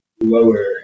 lower